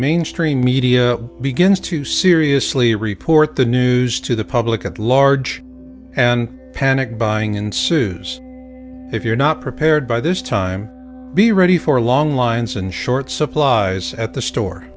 mainstream media begins to seriously report the news to the public at large and panic buying ensues if you're not prepared by this time be ready for a long lines in short supply at the store